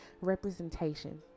representation